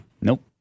Nope